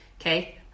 okay